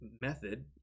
method